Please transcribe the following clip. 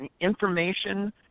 information